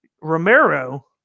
romero